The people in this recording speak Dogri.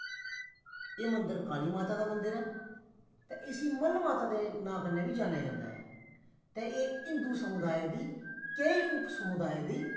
एह् मन्दर काली माता दा मन्दर ऐ ते इसी मल माता दे नांऽ कन्नै बी जानेआ जंदा ऐ ते एह् हिन्दू समुदाय दी केईं उप समुदाएं दी